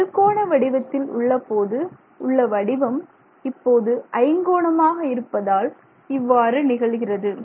அறுகோண வடிவத்தில் உள்ளபோது உள்ள வடிவம் இப்போது ஐங்கோணமாக இருப்பதால் இவ்வாறு நிகழ்கிறது